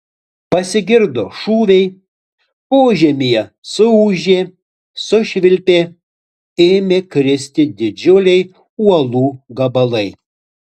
pasigirdo šūviai požemyje suūžė sušvilpė ėmė kristi didžiuliai uolų gabalai